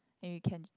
and you can